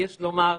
יש לומר,